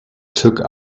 took